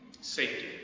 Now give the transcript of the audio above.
Safety